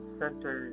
center